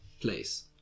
place